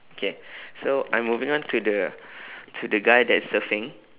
okay so I'm moving on to the to the guy that is surfing